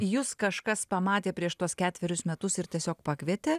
jus kažkas pamatė prieš tuos ketverius metus ir tiesiog pakvietė